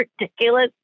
ridiculous